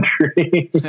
country